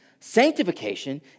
Sanctification